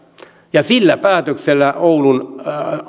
sillä päätöksellä oulun